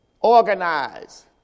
Organize